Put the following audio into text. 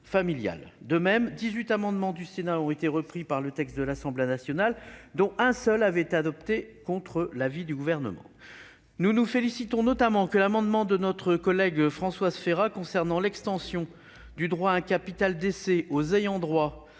familiales. De même, dix-huit amendements du Sénat ont été repris dans le texte de l'Assemblée nationale, dont un seul avait été adopté contre l'avis du Gouvernement. Nous nous félicitons notamment que l'amendement de notre collègue Françoise Férat concernant l'extension du droit à un capital décès aux ayants droit